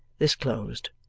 this closed,